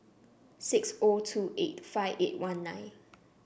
six O two eight five eight one nine